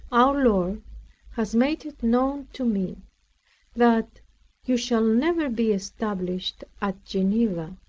our lord has made it known to me that you shall never be established at geneva.